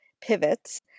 pivots